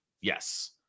yes